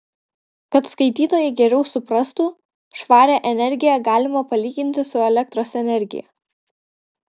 kad skaitytojai geriau suprastų švarią energiją galima palyginti su elektros energija